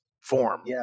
form